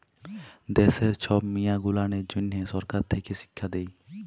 দ্যাশের ছব মিয়াঁ গুলানের জ্যনহ সরকার থ্যাকে শিখ্খা দেই